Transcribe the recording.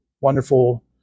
wonderful